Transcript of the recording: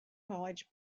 college